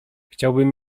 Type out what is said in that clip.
chciałbym